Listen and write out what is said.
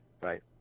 right